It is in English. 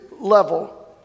level